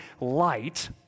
light